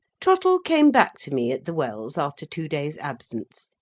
trottle came back to me at the wells after two days' absence,